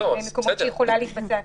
בכל מיני מקומות שהיא יכולה להתבצע,